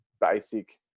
basic